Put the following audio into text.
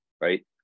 right